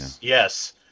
yes